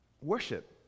worship